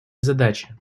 задачи